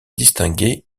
distingué